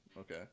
Okay